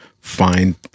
find